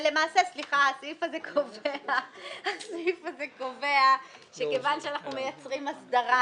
הסעיף הזה קובע שכיוון שאנחנו מייצרים כאן הסדרה,